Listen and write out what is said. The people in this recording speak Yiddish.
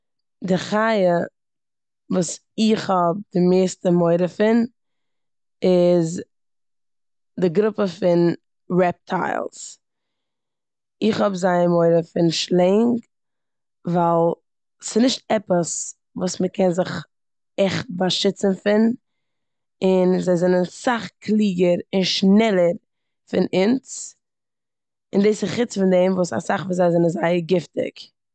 די חיה וואס איך האב די מערסטע מורא פון איז די גרופע פון רעפטיילס. איך האב זייער מורא פון שלענג ווייל ס'נישט עפעס וואס מ'קען זיך עכט באשיצן פון און זיי זענען סאך קלוגער און שנעלער פון אונז און דאס איז חוץ פון דעם וואס אסאך פון זיי זענען זייער גיפטיג.